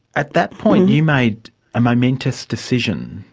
at that point you made a momentous decision.